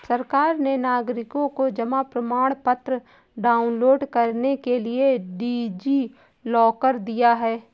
सरकार ने नागरिकों को जमा प्रमाण पत्र डाउनलोड करने के लिए डी.जी लॉकर दिया है